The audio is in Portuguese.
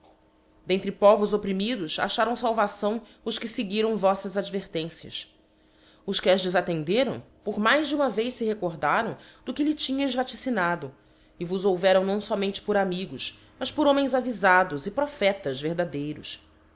dentre povos opprimidos acharam falvação os que feguiram voffas advertências os que as defattenderam por mais de uma vez fe recordaram do que lhe tinheis vaticinado e vos houveram não fomente por amigos mas por homens avifados e prophetas verdadeiros